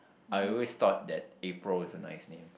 I always thought that April was a nice name